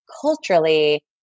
culturally